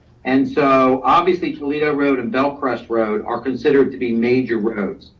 and so obviously toledo road and belle crest road are considered to be major roads.